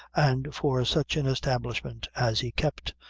and for such an establishment as he kept.